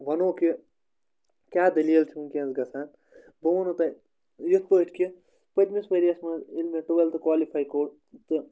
وَنو کہِ کیٛاہ دٔلیٖل چھِ وٕنۍکٮ۪نَس گژھان بہٕ وَنو تۄہہِ یِتھ پٲٹھۍ کہِ پٔتۍمِس ؤریَس منٛز ییٚلہِ مےٚ ٹُوٮ۪لتھٕ کالِفَے کوٚر تہٕ